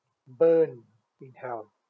burn in hell